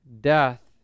death